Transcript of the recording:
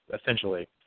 essentially